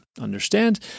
understand